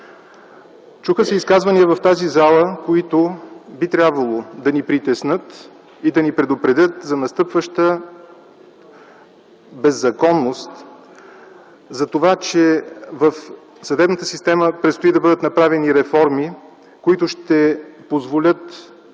Чуха се изказвания в тази зала, които би трябвало да ни притеснят и да ни предупредят за настъпваща беззаконност, за това че в съдебната система предстои да бъдат направени реформи, които ще позволят